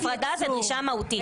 הפרדה היא גישה מהותית.